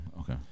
Okay